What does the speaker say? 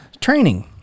Training